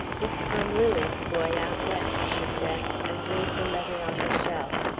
it's from lily's boy, out west, she said, and laid the letter on the shelf.